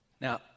Now